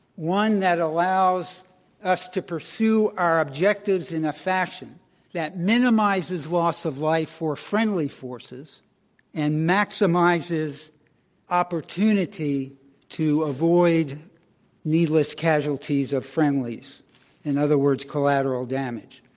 one that allows us to pursue our objectives in a fashion that minimizes loss of life for friendly forces and maximizes the opportunity to avoid needless casualties of friendlies in other words, collateral damage.